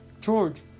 George